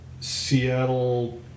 Seattle